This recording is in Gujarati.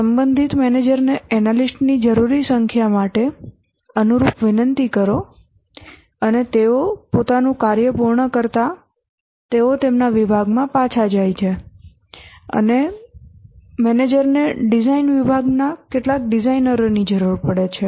સંબંધિત મેનેજરને એનાલિસ્ટ ની જરૂરી સંખ્યા માટે અનુરૂપ વિનંતી કરો અને તેઓ પોતાનું કાર્ય પૂર્ણ કરતાં તેઓ તેમના વિભાગમાં પાછા જાય છે અને મેનેજરને ડિઝાઇન વિભાગના કેટલાક ડિઝાઇનરોની જરૂર પડે છે